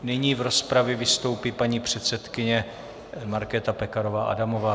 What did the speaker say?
Nyní v rozpravě vystoupí paní předsedkyně Markéta Pekarová Adamová.